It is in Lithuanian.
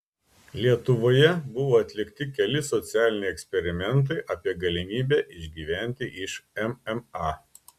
lietuvoje buvo atlikti keli socialiniai eksperimentai apie galimybę išgyventi iš mma